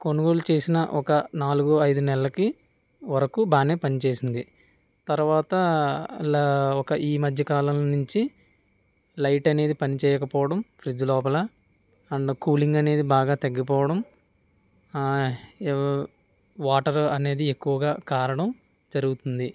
కొనుగోలు చేసిన ఒక నాలుగు ఐదు నెలలకి వరకు బాగానే పనిచేసింది తర్వాత ల ఈ మధ్యకాలం నుంచి లైట్ అనేది పనిచేయకపోవడం ఫ్రిజ్ లోపల నన్ను అండ్ కూలింగ్ అనేది బాగా తగ్గిపోవడం వాటర్ అనేది ఎక్కువగా కారడం జరుగుతుంది